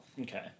Okay